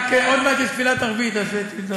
רק עוד מעט יש תפילת ערבית, אז תזדרז.